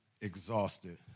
exhausted